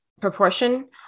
proportion